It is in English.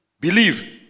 believe